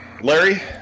Larry